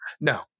No